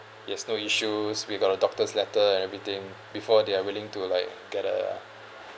he has no issues we've got a doctor's letter and everything before they are willing to like get a